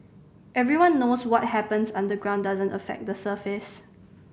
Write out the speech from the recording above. everyone knows what happens underground doesn't affect the surface